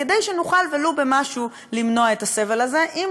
כדי שנוכל למנוע את הסבל הזה ולו במשהו?